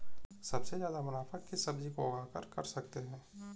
सबसे ज्यादा मुनाफा किस सब्जी को उगाकर कर सकते हैं?